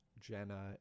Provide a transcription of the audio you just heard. Jenna